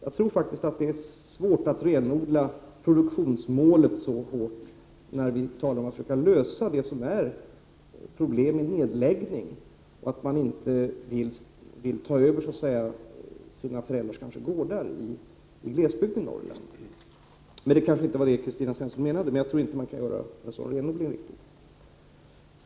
Jag tror faktiskt att det är svårt att renodla produktionsmålet så hårt, när vi talar om att försöka lösa problem med nedläggning och med att unga människor kanske inte vill ta över sina föräldrars gårdar i glesbygden i Norrland. Men det kanske inte var det som Kristina Svensson menade. Jag tror emellertid inte att man kan göra en sådan renodling.